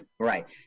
Right